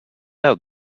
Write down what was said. out